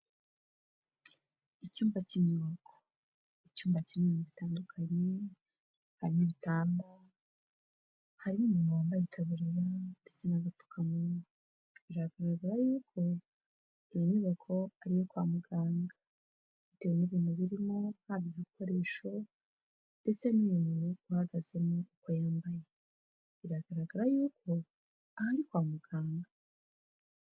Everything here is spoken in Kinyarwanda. Icyumba cy'inyubako, icyuma kirimo ibintu bitandukanye, harimo ibitanda, harimo umuntu wambaye itaburiya ndetse n'agapfukamunwa. Biragaragara yuko iyo nyubako ari iyo kwa muganga, bitewe n'ibintu birimo nk'ibikoresho ndetse n'uyu muntu uhagazemo yambaye. Biragaragara yuko ari kwa muganga.